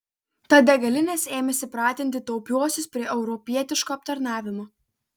tad degalinės ėmėsi pratinti taupiuosius prie europietiško aptarnavimo